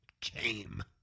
came